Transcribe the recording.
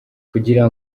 kugira